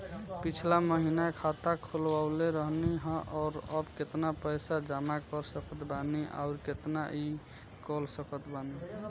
पिछला महीना खाता खोलवैले रहनी ह और अब केतना पैसा जमा कर सकत बानी आउर केतना इ कॉलसकत बानी?